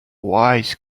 wise